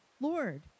Lord